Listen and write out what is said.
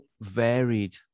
varied